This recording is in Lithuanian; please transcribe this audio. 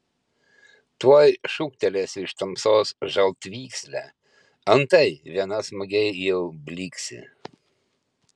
tuoj šūktelėsiu iš tamsos žaltvykslę antai viena smagiai jau blyksi